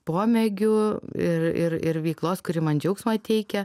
pomėgių ir ir ir veiklos kuri man džiaugsmą teikia